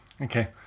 Okay